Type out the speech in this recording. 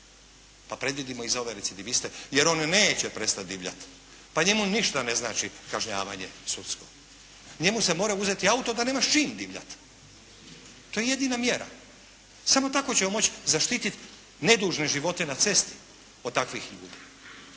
pa predvidimo i za ove recidiviste jer on neće prestati divljati. Pa njemu ništa ne znači kažnjavanje sudsko. Njemu se mora oduzeti auto da nema s čime divljati. To je jedina mjera. Samo tako ćemo moći zaštititi nedužne živote na cesti od takvih ljudi.